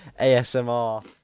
ASMR